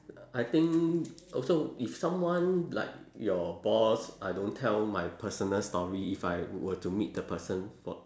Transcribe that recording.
I think also if someone like your boss I don't tell my personal story if I were to meet the person for